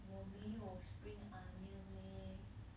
我没有 spring onion leh